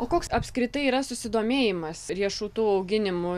o koks apskritai yra susidomėjimas riešutų auginimu